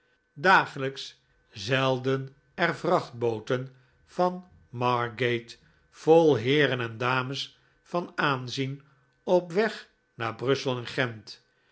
dagelijks zeilden er vrachtbooten van margate vol heeren en dames van aanzien op weg naar brussel en gent